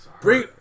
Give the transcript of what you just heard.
Bring